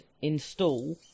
install